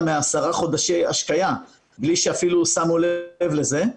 מעשרה חודשי השקיה בלי שאפילו שמנו לב לזה.